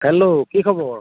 hello কি খবৰ